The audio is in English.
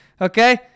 okay